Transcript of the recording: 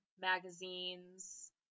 magazines